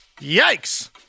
Yikes